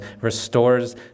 restores